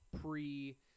pre